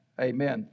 amen